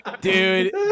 Dude